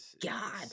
god